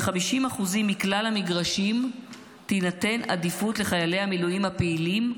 ב-50% מכלל המגרשים תינתן עדיפות לחיילי המילואים הפעילים,